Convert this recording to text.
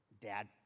dad